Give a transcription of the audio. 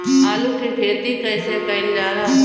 आलू की खेती कइसे कइल जाला?